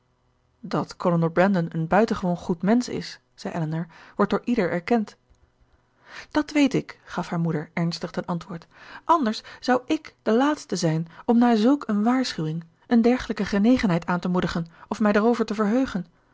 dat kolonel brandon een buitengewoon goed mensch is zei elinor wordt door ieder erkend dat weet ik gaf haar moeder ernstig ten antwoord anders zou ik de laatste zijn om na zulk een waarschuwing een dergelijke genegenheid aan te moedigen of mij daarover te verheugen